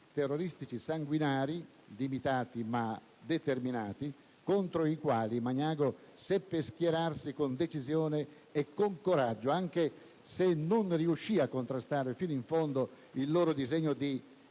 terroristici sanguinari, limitati, ma determinati, contro i quali Magnago seppe schierarsi con decisione e con coraggio, anche se non riuscì a contrastare fino in fondo il loro disegno di